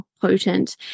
potent